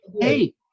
Hey